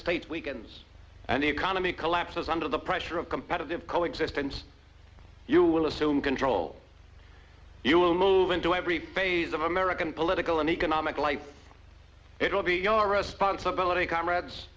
states weakens and the economy collapses under the pressure of competitive coexistence you will assume control you will move into every phase of american political and economic life it will be your responsibility comrades